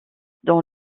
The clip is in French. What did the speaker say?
dans